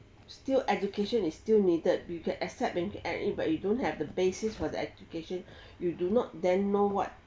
still education is still needed you can accept but you don't have the basis for the education you do not then know what